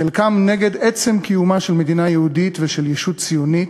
חלקם נגד עצם קיומה של מדינה יהודית ושל ישות ציונית,